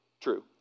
true